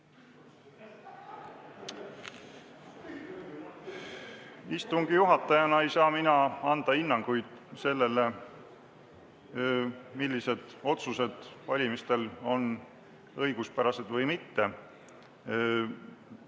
Istungi juhatajana ei saa mina anda hinnanguid sellele, millised otsused valimistel on õiguspärased ja